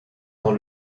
dans